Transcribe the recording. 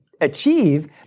achieve